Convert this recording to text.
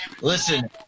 Listen